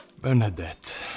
Bernadette